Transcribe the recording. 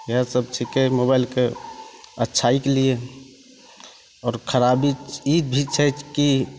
इहए सब छिकै मोबाइलके अच्छाइके लिए खराबी ई भी छै कि